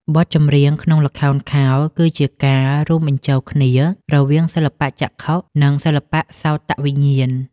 បទចម្រៀងក្នុងល្ខោនខោលគឺជាការរួមបញ្ចូលគ្នារវាងសិល្បៈចក្ខុ និងសិល្បៈសោតវិញ្ញាណ។